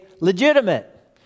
legitimate